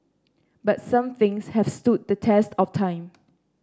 but some things have stood the test of time